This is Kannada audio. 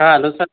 ಹಾಂ ಅಲೋ ಸರ್